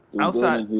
outside